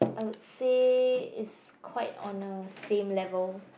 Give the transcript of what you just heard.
I would is quite on a same level